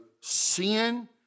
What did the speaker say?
sin